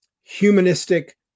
humanistic